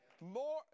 More